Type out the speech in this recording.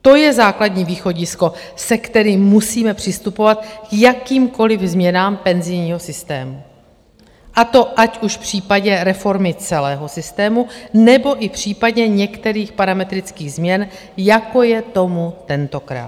To je základní východisko, se kterým musíme přistupovat k jakýmkoliv změnám penzijního systému, a to ať už v případě reformy celého systému, nebo i v případě některých parametrických změn, jako je tomu tentokrát.